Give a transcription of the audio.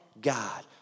God